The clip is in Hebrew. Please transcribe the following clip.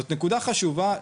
זאת נקודה חשובה,